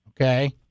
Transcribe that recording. Okay